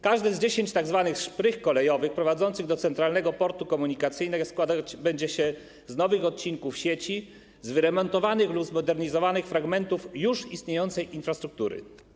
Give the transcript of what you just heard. Każda z 10 tzw. szprych kolejowych prowadzących do Centralnego Portu Komunikacyjnego składać będzie się z nowych odcinków sieci, z wyremontowanych lub zmodernizowanych fragmentów już istniejącej infrastruktury.